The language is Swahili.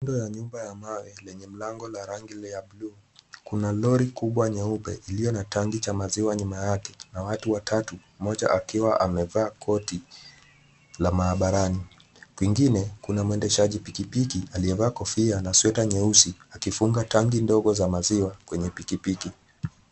Kando ya nyumba ya mawe lenye mlango la rangi ya bluu, kuna lori kubwa nyeupe iliyo na tangi cha maziwa nyuma yake, na watu watatu, mmoja akiwa amevaa koti la maabarani. Kwingine, kuna mwendeshaji pikipiki aliyevaa kofia na sueta nyeusi akifunga tangi ndogo za maziwa kwenye pikipiki.